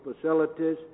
facilities